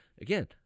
again